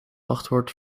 wachtwoord